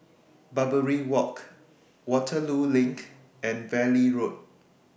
Barbary Walk Waterloo LINK and Valley Road